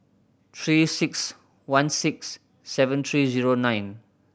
Three Six One six seven three zero nine